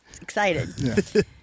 excited